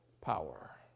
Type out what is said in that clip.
power